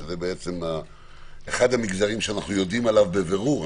זה אחד המגזרים שאנחנו יודעים עליו בבירור,